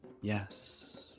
yes